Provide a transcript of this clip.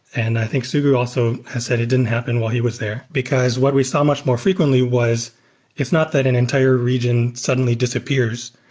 and i think sugu also has said it didn't happen while he was there, because what we saw much more frequently was it's not that an entire region suddenly disappears.